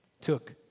took